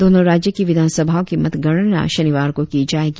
दोनों राज्यों की विधानसभाओं की मतगणना शनिवार को की जाएगी